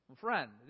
friend